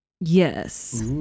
yes